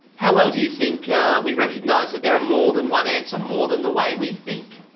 how well do you think we recognised that there are more than one answer, more than the way we think?